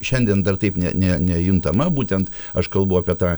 šiandien dar taip ne ne nejuntama būtent aš kalbu apie tą